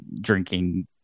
drinking